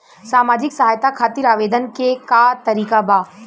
सामाजिक सहायता खातिर आवेदन के का तरीका बा?